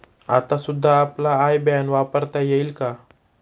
आता सुद्धा आपला आय बॅन वापरता येईल का?